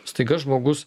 staiga žmogus